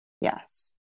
Yes